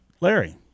Larry